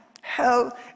Hell